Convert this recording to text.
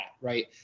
Right